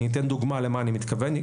אני אתן דוגמה למה אני מתכוון.